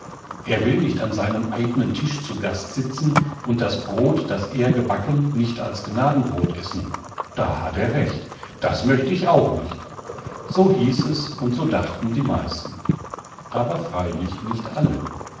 er will nicht an seinem eignen tisch zu gaste sitzen und das brot das er gebacken nicht als gnadenbrot essen da hat er recht das möcht ich auch nicht so hieß es und so dachten die meisten aber freilich nicht alle